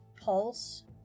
pulse